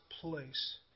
place